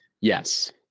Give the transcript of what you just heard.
yes